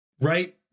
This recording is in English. Right